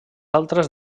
altres